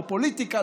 לא פוליטיקה,